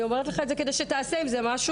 אני אומרת לך את זה כדי שתעשה עם זה משהו.